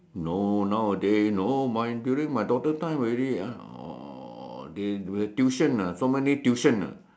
no nowadays no my during my daughter time already ah uh they tuition ah so many tuition ah